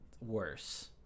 Worse